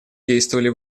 действовали